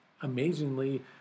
amazingly